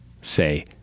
say